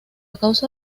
causa